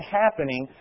happening